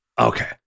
Okay